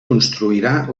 construirà